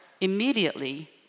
immediately